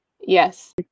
Yes